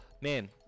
man